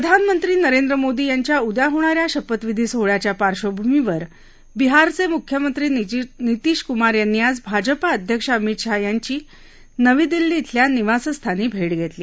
प्रधानमंत्री नरेंद्र मोदी यांच्या उद्या होणा या शपथविधी सोहळ्याच्या पार्श्वभूमीवर बिहारचे मुख्यमंत्री नितिशकुमार यांनी आज भाजपा अध्यक्ष अमित शहा यांची त्यांच्या नवी दिल्ली खेल्या निवासस्थानी भेट घेतली